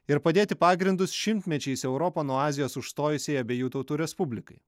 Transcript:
ir padėti pagrindus šimtmečiais europą nuo azijos užstojusiai abiejų tautų respublikai